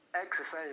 exercise